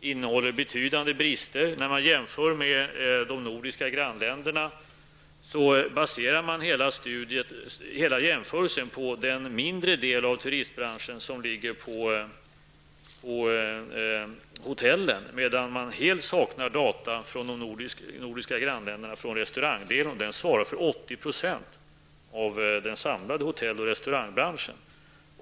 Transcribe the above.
innehåller betydande brister. Jämförelsen med de nordiska grannländerna baseras helt och hållet på den mindre del av turistbranschen som avser hotellen, medan man helt saknar data från restaurangnäringen i de nordiska grannländerna, vilken svarar för 80 % av den samlade hotell och restaurangbranschen.